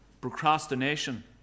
procrastination